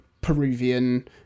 Peruvian